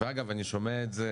ואגב, אני שומע את זה